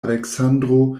aleksandro